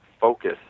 focus